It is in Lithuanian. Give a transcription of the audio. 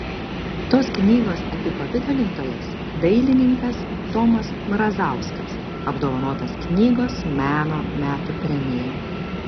tos knygos apipavidalintojas dailininkas tomas mrazauskas apdovanotas knygos meno metų premija